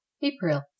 April